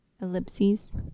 ellipses